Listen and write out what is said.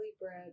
bread